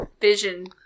Vision